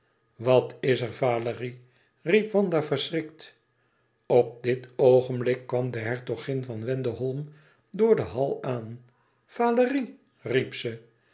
wat is er valérie riep wanda verschrikt op dit oogenblik kwam de hertogin van wendeholm door den hall aan valérie